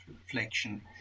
reflection